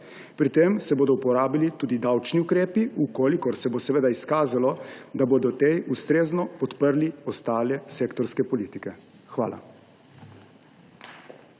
Pri tem se bodo uporabili tudi davčni ukrepi, če se bo izkazalo, da bodo ti ustrezno podprli ostale sektorske politike. Hvala.